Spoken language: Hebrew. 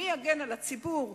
מי יגן על הציבור,